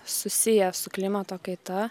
susiję su klimato kaita